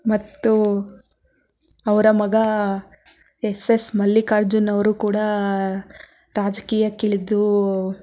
ಮತ್ತು ಅವರ ಮಗ ಎಸ್ ಎಸ್ ಮಲ್ಲಿಕಾರ್ಜುನ್ ಅವರೂ ಕೂಡ ರಾಜಕೀಯಕ್ಕಿಳಿದು